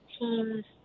teams